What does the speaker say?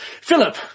Philip